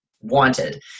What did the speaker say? wanted